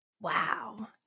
Wow